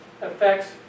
affects